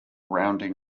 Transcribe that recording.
rounding